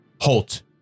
halt